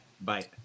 Bye